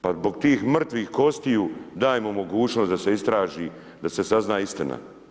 Pa zbog tih mrtvih kostiju dajmo mogućnost da se istraži, da se sazna istina.